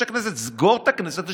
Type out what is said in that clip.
הכנסת: סגור את הכנסת לשבועיים.